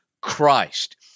Christ